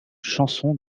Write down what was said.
chanson